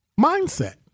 mindset